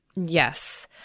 yes